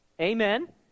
Amen